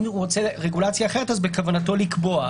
אם הוא רוצה רגולציה אחרת, בכוונתו לקבוע.